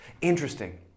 Interesting